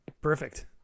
perfect